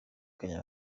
kuri